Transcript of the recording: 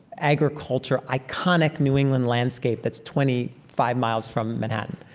agriculture, iconic new england landscape that's twenty five miles from manhattan.